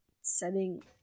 Setting